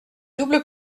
double